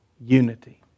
unity